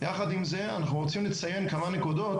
יחד עם זה אנחנו רוצים לציין כמה נקודות